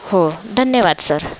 हो धन्यवाद सर